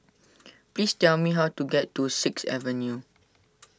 please tell me how to get to Sixth Avenue